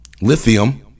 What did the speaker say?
lithium